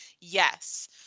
Yes